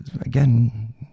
again